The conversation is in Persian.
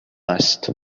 است